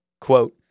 Quote